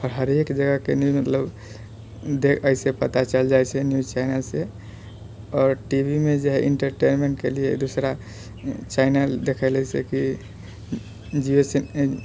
आओर हरेक जगहके न्यूज मतलब अइ से पता चैल जाई छै न्यूज चैनलसे आओर टी वी मे जे हय एण्टरटेनमेण्टके लिए दूसरा चैनल जैसे कि जिओ